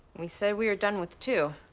we said were done with two.